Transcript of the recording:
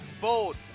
bold